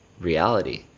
reality